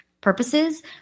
purposes